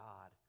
God